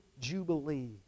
Jubilee